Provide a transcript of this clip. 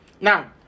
Now